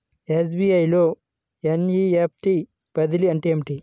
SBI లో NEFT బదిలీ అంటే ఏమిటి?